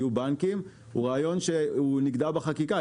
יהיו בנקים הוא רעיון שנגדע בחקיקה,